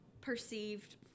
perceived